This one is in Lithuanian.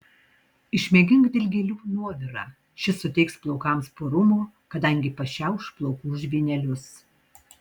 išmėgink dilgėlių nuovirą šis suteiks plaukams purumo kadangi pašiauš plaukų žvynelius